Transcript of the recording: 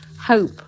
hope